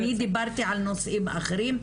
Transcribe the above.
אני דיברתי על נושאים אחרים,